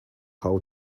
how